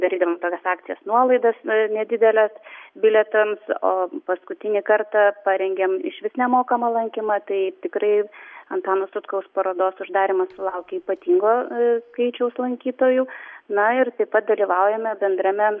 darydavom tokias akcijas nuolaidas a nedideles bilietams o paskutinį kartą parengėm išvis nemokamą lankymą tai tikrai antano sutkaus parodos uždarymas sulaukė ypatingo skaičiaus lankytojų na ir taip pat dalyvaujame bendrame